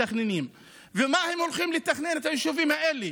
ומה הולכים לתכנן ביישובים האלה?